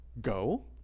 Go